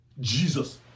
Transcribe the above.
Jesus